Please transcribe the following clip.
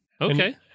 Okay